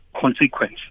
consequence